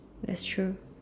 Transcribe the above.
that's true